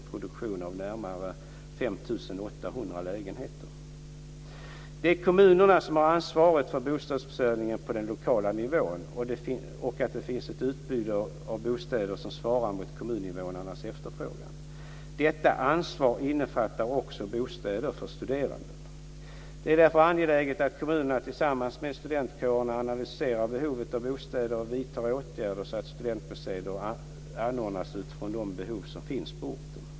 Bidrag har per den Det är kommunerna som har ansvaret för bostadsförsörjningen på den lokala nivån och för att det finns ett utbud av bostäder som svarar mot kommuninvånarnas efterfrågan. Detta ansvar innefattar också bostäder för studerande. Det är därför angeläget att kommunerna tillsammans med studentkårerna analyserar behovet av bostäder och vidtar åtgärder så att studentbostäder anordnas utifrån de behov som finns på orten.